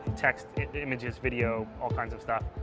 text, images, video, all kinds of stuff.